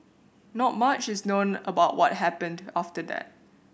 not mush is known about what happened after that